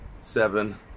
seven